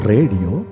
Radio